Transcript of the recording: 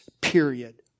period